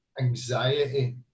anxiety